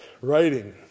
writing